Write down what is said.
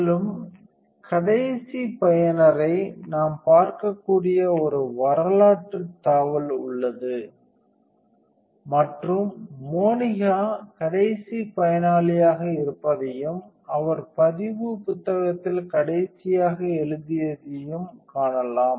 மேலும் கடைசி பயனரை நாம் பார்க்கக்கூடிய ஒரு வரலாற்று தாவல் உள்ளது மற்றும் மோனிகா கடைசி பயனாளியாக இருப்பதையும் அவர் பதிவு புத்தகத்தில் கடைசியாக எழுதியதையும் காணலாம்